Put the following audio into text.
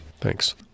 Thanks